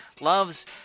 loves